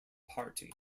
party